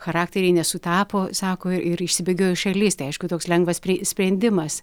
charakteriai nesutapo sako ir ir išsibėgiojo į šalis tai aišku toks lengvas sprendimas